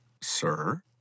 Sir